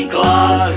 Claus